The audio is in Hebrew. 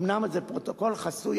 אומנם זה פרוטוקול חסוי,